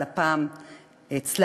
אבל הפעם הצלחנו,